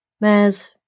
Mares